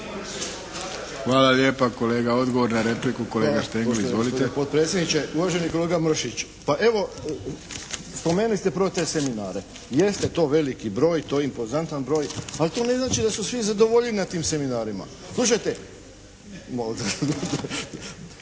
Hvala lijepa kolega. Odgovor na repliku, kolega Štengl. Izvolite. **Štengl, Vladimir (HDZ)** Hvala poštovani potpredsjedniče. Uvaženi kolega Mršić, pa evo spomenuli s te prvo te seminare. Jeste to veliki broj, to je impozantan broj, ali to ne znači da su svi zadovoljili na tim seminarima. …